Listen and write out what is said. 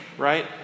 Right